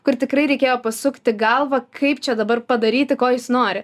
kur tikrai reikėjo pasukti galvą kaip čia dabar padaryti ko jis nori